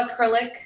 acrylic